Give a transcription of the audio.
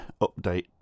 update